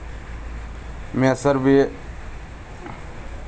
case मेयर उन विशेष प्रजाति के बकरी से मिला हई